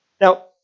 Now